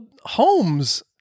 homes